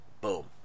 Boom